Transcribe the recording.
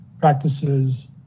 practices